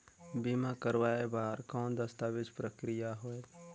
बीमा करवाय बार कौन दस्तावेज प्रक्रिया होएल?